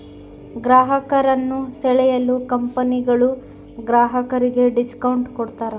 ಗ್ರಾಹಕರನ್ನು ಸೆಳೆಯಲು ಕಂಪನಿಗಳು ಗ್ರಾಹಕರಿಗೆ ಡಿಸ್ಕೌಂಟ್ ಕೂಡತಾರೆ